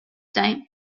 time